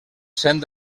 cent